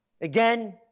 Again